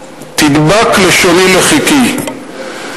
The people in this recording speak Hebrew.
תדבק לשוני לחכי".